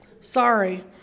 sorry